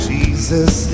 Jesus